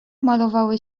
malowały